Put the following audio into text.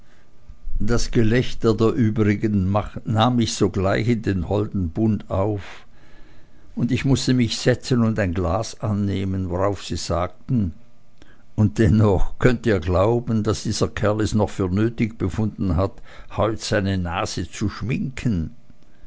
das gelächter der übrigen nahm mich sogleich in den holden bund auf ich mußte mich setzen und ein glas annehmen worauf sie sagten und dennoch könnt ihr glauben daß dieser kerl es noch für nötig befunden hat heut seine nase zu schminken